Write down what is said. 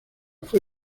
fue